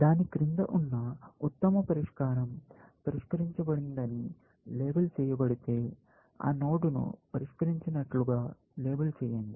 దాని క్రింద ఉన్న ఉత్తమ పరిష్కారం పరిష్కరించబడిందని లేబుల్ చేయబడితే ఆ నోడ్ను పరిష్కరించినట్లుగా లేబుల్ చేయండి